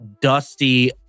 dusty